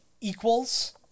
equals